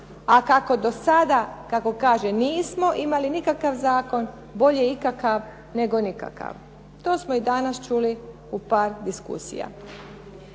a kako do sada, kako kaže nismo imali nikakav zakon bolje ikakav nego nikakav. To smo i danas čuli u par diskusija.